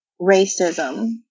racism